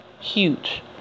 huge